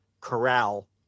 corral